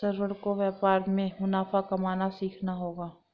श्रवण को व्यापार में मुनाफा कमाना सीखना होगा